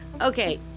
Okay